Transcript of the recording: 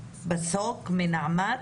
בבקשה.